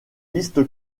liste